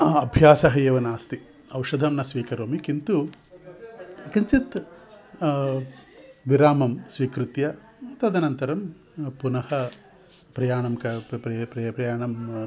अभ्यासः एव नास्ति औषधं न स्वीकरोमि किन्तु किञ्चित् विरामं स्वीकृत्य तदनन्तरं पुनः प्रयाणं क प्रयाणं